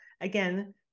again